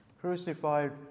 Crucified